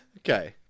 okay